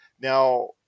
Now